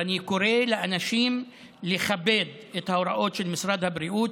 ואני קורא לאנשים לכבד את ההוראות של משרד הבריאות,